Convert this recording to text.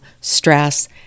stress